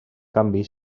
canvi